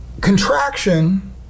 contraction